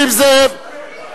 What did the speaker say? שבו בשקט, במיוחד אתה,